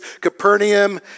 Capernaum